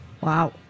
Wow